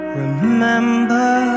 remember